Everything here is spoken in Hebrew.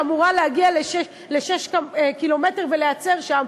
שאמורה לאפשר 6 קילומטר ולהיעצר שם,